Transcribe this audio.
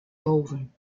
boven